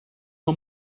uma